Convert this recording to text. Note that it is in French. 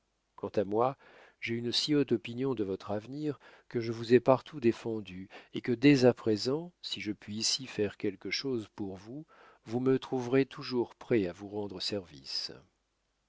quant à moi j'ai une si haute opinion de votre avenir que je vous ai partout défendu et que dès à présent si je puis ici faire quelque chose pour vous vous me trouverez toujours prêt à vous rendre service